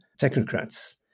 technocrats